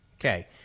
Okay